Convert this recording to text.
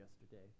yesterday